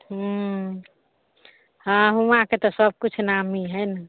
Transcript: हूँ